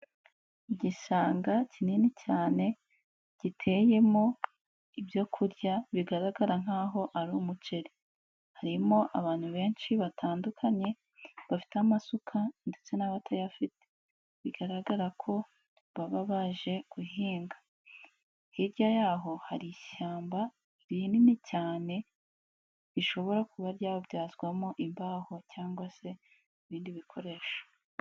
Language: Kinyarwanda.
Igishanga kinini cyane giteyemo ibyo kurya bigaragara nk'aho ari umuceri, harimo abantu benshi batandukanye bafite amasuka ndetse n'abatayafite, bigaragara ko baba baje guhinga hirya, y'aho hari ishyamba rinini cyane rishobora kuba ryabyazwamo imbaho cyangwa se ibindi bikoresho.